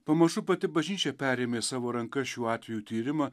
pamažu pati bažnyčia perėmė į savo rankas šiuo atveju tyrimą